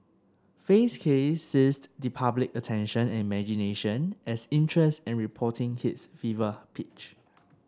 Fay's case seized the public's attention and imagination as interest and reporting hit fever pitch